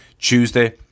Tuesday